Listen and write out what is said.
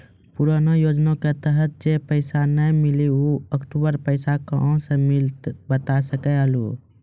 पुराना योजना के तहत जे पैसा नै मिलनी ऊ अक्टूबर पैसा कहां से मिलते बता सके आलू हो?